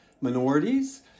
minorities